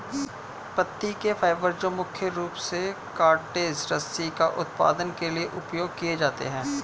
पत्ती के फाइबर जो मुख्य रूप से कॉर्डेज रस्सी का उत्पादन के लिए उपयोग किए जाते हैं